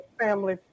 family